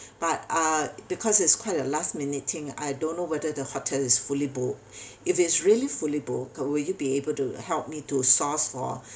but uh because it's quite a last minute thing I don't know whether the hotel is fully book if it's really fully booked will you be able to help me to source for